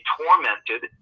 tormented